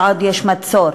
כל עוד יש מצור,